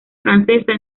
francesa